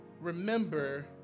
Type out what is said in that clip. remember